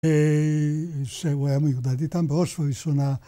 ושהוא היה מיודד איתן, בראש ובראשונה,